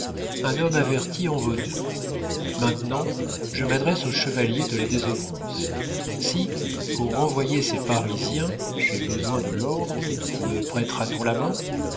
un homme averti en vaut deux maintenant je m'adresse aux chevaliers de la désœuvrance si pour renvoyer ces parisiens j'ai besoin de l'ordre me prêtera t on la main